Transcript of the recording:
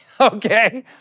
okay